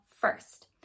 first